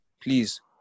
please